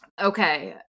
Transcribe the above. Okay